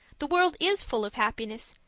the world is full of happiness,